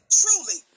truly